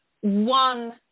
one